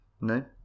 No